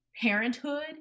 parenthood